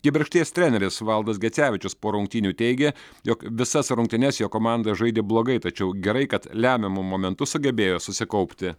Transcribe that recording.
kibirkšties treneris valdas gecevičius po rungtynių teigė jog visas rungtynes jo komanda žaidė blogai tačiau gerai kad lemiamu momentu sugebėjo susikaupti